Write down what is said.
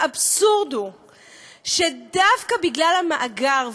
האבסורד הוא שדווקא בגלל המאגר,